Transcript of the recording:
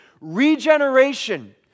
Regeneration